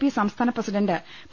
P സംസ്ഥാന president P